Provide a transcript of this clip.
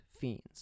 Fiends